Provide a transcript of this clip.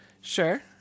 Sure